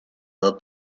del